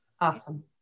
Awesome